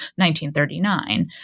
1939